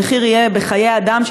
המחיר יהיה בחיי אדם,